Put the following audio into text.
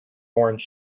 orange